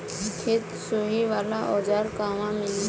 खेत सोहे वाला औज़ार कहवा मिली?